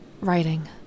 writing